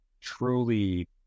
truly